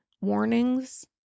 warnings